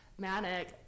manic